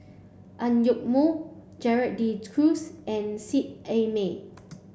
Ang Yoke Mooi Gerald De Cruz and Seet Ai Mee